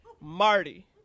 Marty